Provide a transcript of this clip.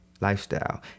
lifestyle